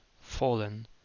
fallen